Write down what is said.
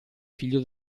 figlio